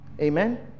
Amen